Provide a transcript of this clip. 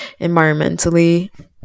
environmentally